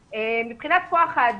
מבחינת כוח האדם,